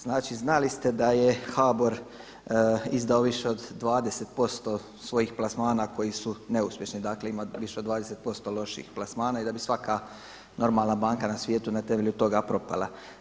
Znači znali ste da je HBOR izdao više od 20% svojih plasmana koji su neuspješni, dakle ima više od 20% loših plasmana i da bi svaka normalna banka na svijetu na temelju toga propala.